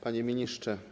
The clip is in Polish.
Panie Ministrze!